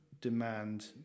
demand